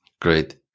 Great